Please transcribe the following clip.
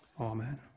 Amen